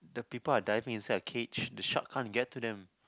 people are diving inside a cage the shark can't get to them